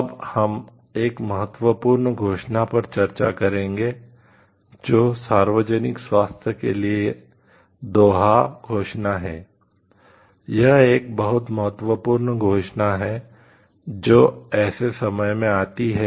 अब हम एक महत्वपूर्ण घोषणा पर चर्चा करेंगे जो सार्वजनिक स्वास्थ्य के लिए दोहा घोषणा बहुत महत्वपूर्ण है